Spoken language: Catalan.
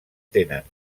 tenen